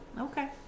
Okay